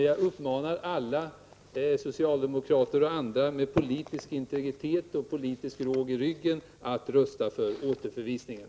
Jag uppmanar emellertid alla socialdemokrater och andra som har politisk integritet och som politiskt har råg i ryggen att rösta för återförvisningen.